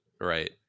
right